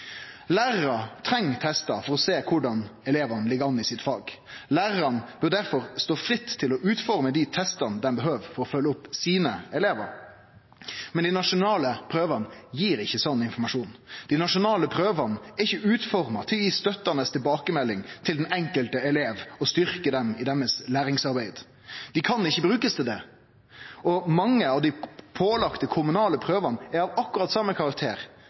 treng testar for å sjå korleis elevane ligg an i faga. Lærarane bør derfor stå fritt til å utforme dei testane dei behøver for å følgje opp sine elevar. Men dei nasjonale prøvene gjev ikkje slik informasjon. Dei nasjonale prøvene er ikkje utforma for å gje støttande tilbakemelding til den enkelte elev og styrkje dei i deira læringsarbeid. Dei kan ikkje brukast til det. Og mange av dei pålagde kommunale prøvene er av akkurat same